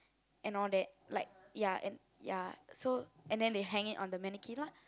and all that like ya and ya so and then they hang it on the mannequin lah